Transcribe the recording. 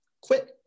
quit